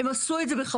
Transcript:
הם עשו את זה בכוונה,